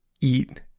eat